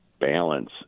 balance